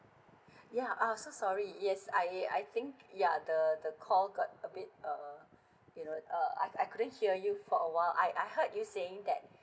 yeah uh so sorry yes I I think yeah the the call got a bit uh you know uh I I couldn't hear you for a while I I heard you saying that